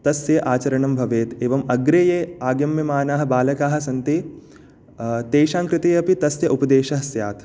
तस्य आचरणं भवेत् एवं अग्रे ये आगम्यमानाः बालकाः सन्ति तेषां कृते अपि तस्य उपदेशः स्यात्